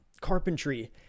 carpentry